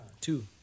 two